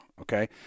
okay